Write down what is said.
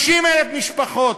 50,000 משפחות